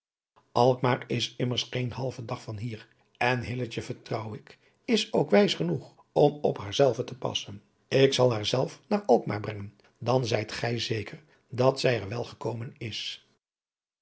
alkmaar is immers geen halven dag van hier en hilletje vertrouw ik is ook wijs genoeg om op haar zelve te passen ik zal haar zelf naar alkmaar brengen dan zijt gij zeker dat zij er wel gekomen is